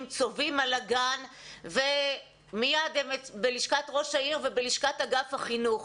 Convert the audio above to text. צובאים על הגן ומייד הם בלשכת ראש העיר ובלשכת אגף החינוך,